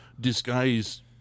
disguise